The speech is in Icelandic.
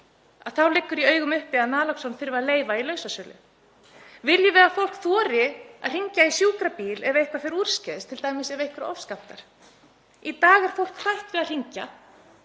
þá liggur í augum uppi að naloxón þurfi að leyfa í lausasölu. Viljum við að fólk þori að hringja í sjúkrabíl ef eitthvað fer úrskeiðis, t.d. ef einhver ofskammtar? Í dag er fólk hrætt við að hringja